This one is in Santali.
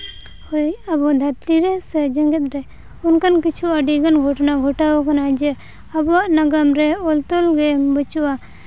ᱦᱳᱭ ᱟᱵᱚ ᱫᱷᱟᱹᱨᱛᱤ ᱨᱮ ᱥᱮ ᱡᱮᱜᱮᱫ ᱨᱮ ᱚᱱᱠᱟᱱ ᱠᱤᱪᱷᱩ ᱟᱹᱰᱤᱜᱟᱱ ᱜᱷᱚᱴᱚᱱᱟ ᱜᱷᱚᱴᱟᱣ ᱠᱟᱱᱟ ᱡᱮ ᱟᱵᱚᱣᱟᱜ ᱱᱟᱜᱟᱢ ᱨᱮ ᱚᱞ ᱛᱚᱞ ᱜᱮ ᱵᱟᱹᱪᱩᱜᱼᱟ